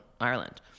Ireland